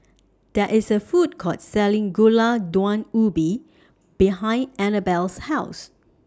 There IS A Food Court Selling Gulai Daun Ubi behind Annabell's House